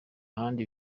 ahandi